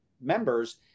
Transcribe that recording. members